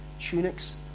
tunics